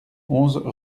onze